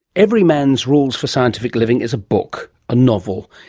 everyman's rules for scientific living is a book, a novel.